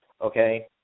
Okay